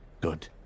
Good